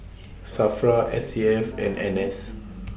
SAFRA S A F and N S